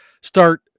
start